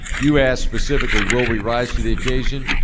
you asked specifically will we rise to the occasion?